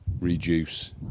reduce